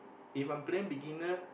if I'm playing beginner